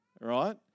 right